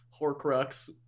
horcrux